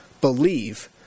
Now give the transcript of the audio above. believe